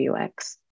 ux